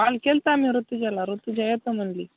काल केला होता आ मी ऋतुजाला ऋतुजा येतो म्हणाली